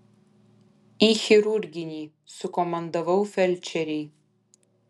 į chirurginį sukomandavau felčerei